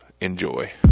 Enjoy